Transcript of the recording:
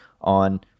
on